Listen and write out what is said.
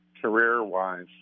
career-wise